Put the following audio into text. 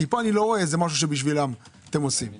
כי פה אני לא רואה משהו שאתם עושים בשבילם.